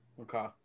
Okay